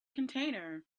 container